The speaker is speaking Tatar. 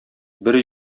бер